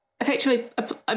effectively